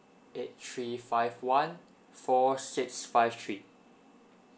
eight three five one four six five three